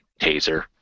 Taser